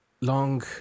long